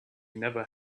never